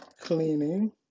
cleaning